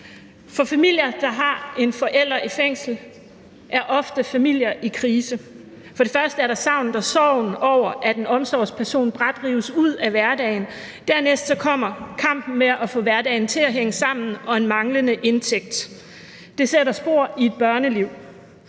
For familier, der har en forælder i fængsel, er ofte familier i krise. For det første er der savnet og sorgen over, at en omsorgsperson brat rives ud af hverdagen; dernæst så kommer kampen for at få hverdagen til at hænge sammen; og så en manglende indtægt. Det sætter spor i et børneliv.